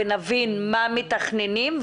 ונבין מה מתכננים,